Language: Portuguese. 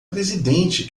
presidente